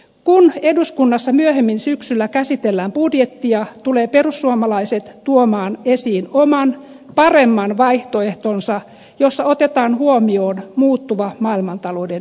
kun eduskunnassa myöhemmin syksyllä käsitellään budjettia tulee perussuomalaiset tuomaan esiin oman paremman vaihtoehtonsa jossa otetaan huomioon muuttuva maailmantalouden tilanne